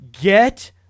Get